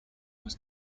was